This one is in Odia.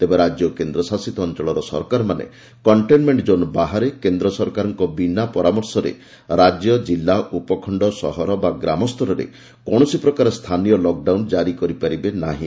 ତେବେ ରାଜ୍ୟ ଓ କେନ୍ଦ୍ରଶାସିତ ଅଞ୍ଚଳର ସରକାରମାନେ କଣ୍ଟେନ୍ମେଣ୍ଟ ଜୋନ୍ ବାହାରେ କେନ୍ଦ୍ର ସରକାରଙ୍କ ବିନା ପରାମର୍ଶରେ ରାଜ୍ୟ ଜିଲ୍ଲା ଉପଖଣ୍ଡ ସହର ବା ଗ୍ରାମ ସ୍ତରରେ କୌଣସି ପ୍ରକାର ସ୍ଥାନୀୟ ଲକ୍ଡାଉନ୍ କାରି କରିପାରିବେ ନାହିଁ